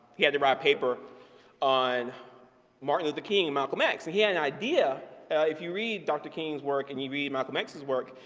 he had to write a paper on martin luther king an malcom x and he had an idea if you read dr. king's work and you read malcom x's work,